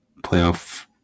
playoff